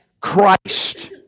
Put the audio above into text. Christ